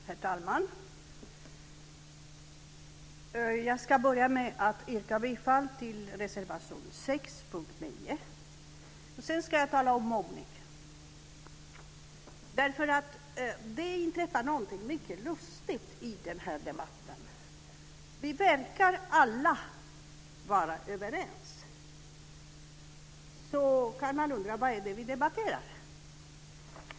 Herr talman! Jag ska börja med att yrka bifall till reservation 6 under punkt 9. Sedan ska jag tala om mobbning. Det inträffar någonting mycket lustigt i den här debatten. Vi verkar alla vara överens - då kan man undra vad det är vi debatterar.